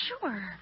Sure